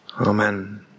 amen